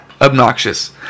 obnoxious